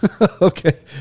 Okay